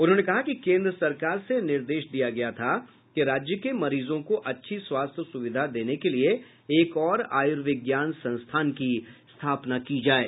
उन्होंने कहा कि केन्द्र सरकार से निर्देश दिया गया था कि राज्य के मरीजों को अच्छी स्वास्थ्य सुविधा देने के लिए एक ओर आयुर्विज्ञान की स्थापना की जाये